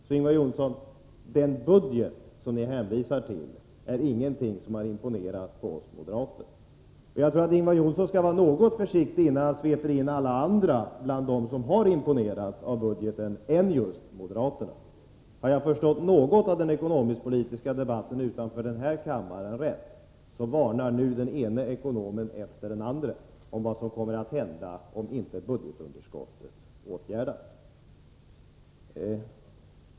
Så, Ingvar Johnsson, den budget som ni har presenterat är ingenting som har imponerat på oss moderater. Men jag tror att Ingvar Johnsson skall vara försiktigare, innan han sveper in alla andra än just moderaterna bland dem som har imponerats av budgeten. Har jag förstått något av den ekonomisk-politiska debatten utanför den här kammaren rätt, varnar nu den ene ekonomen efter den andre för vad som kommer att hända, om inte budgetunderskottet åtgärdas.